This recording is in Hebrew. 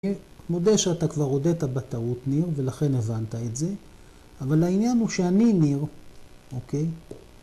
‫אני מודה שאתה כבר הודית ‫בטעות, ניר, ולכן הבנת את זה, ‫אבל העניין הוא שאני, ניר, אוקיי?